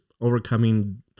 overcoming